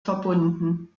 verbunden